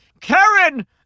Karen